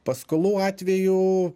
paskolų atveju